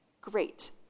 great